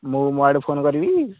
ମୁଁ ମୋ ଆଡ଼ୁ ଫୋନ୍ କରିବି